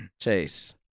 Chase